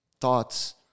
thoughts